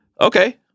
okay